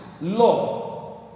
love